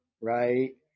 right